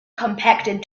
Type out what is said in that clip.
compacted